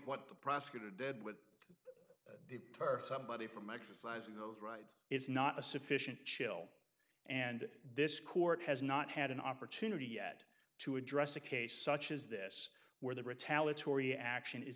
what the prosecutor did with the turf somebody from exercising those right it's not a sufficient chill and this court has not had an opportunity yet to address a case such as this where the retaliatory action is